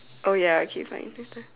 oh ya okay fine